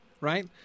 right